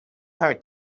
her